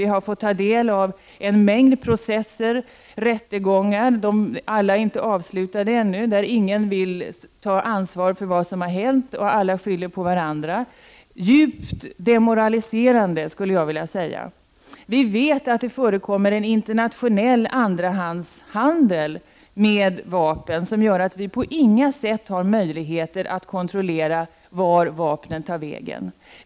Vi har fått ta del av en mängd processer. Alla rättegånger är inte avslutade ännu. Ingen vill ta ansvaret för vad som har hänt, och alla skyller på varandra. Det är djupt demoraliserande, skulle jag vilja säga. Vi vet att det förekommer en internationell andrahandshandel med vapen, som gör att vi på inget sätt har möjligheter att kontrollera vart vapnen tar vägen.